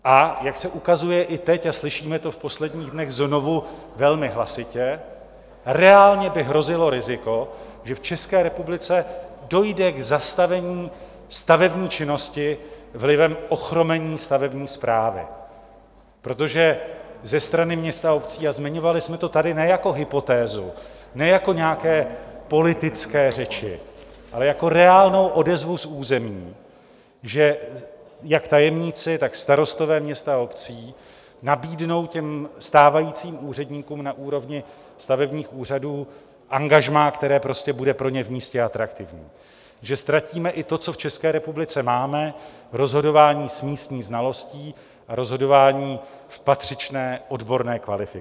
A jak se ukazuje i teď, a slyšíme to v posledních dnech znovu velmi hlasitě, reálně by hrozilo riziko, že v České republice dojde k zastavení stavební činnosti vlivem ochromení stavební správy, protože ze strany měst a obcí, a zmiňovali jsme to tady ne jako hypotézu, ne jako nějaké politické řeči, ale jako reálnou odezvu z území, že jak tajemníci, tak starostové měst a obcí nabídnou stávajícím úředníkům na úrovni stavebních úřadů angažmá, které bude pro ně v místě atraktivní, že ztratíme i to, co v České republice máme rozhodování s místní znalostí, rozhodování v patřičné odborné kvalifikaci.